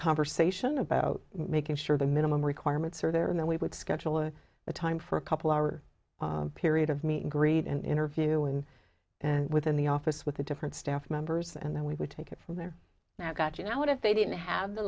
conversation about making sure the minimum requirements are there and then we would schedule a time for a couple hour period of meet and greet and interview and and within the office with a different staff members and then we would take it from there now got you know if they didn't have the